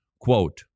Quote